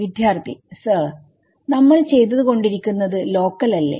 വിദ്യാർത്ഥി സർ നമ്മൾ ചെയ്ത് കൊണ്ടിരിക്കുന്നത് ലോക്കൽ അല്ലെ